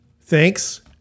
Thanks